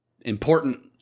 Important